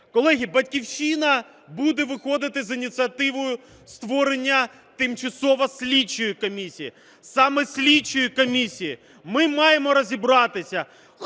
Колеги, "Батьківщина" буде виходити з ініціативою створення тимчасової слідчої комісії, саме слідчої комісії. Ми маємо розібратися,